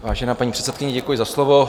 Vážená paní předsedkyně, děkuji za slovo.